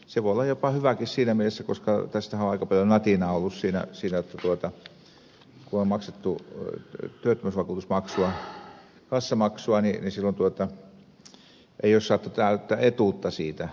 se voi olla jopa hyväkin siinä mielessä koska tässähän on ollut aika paljon natinaa siitä jotta kun on maksettu työttömyysvakuutusmaksua kassamaksua niin ei ole saatu täyttä etuutta siitä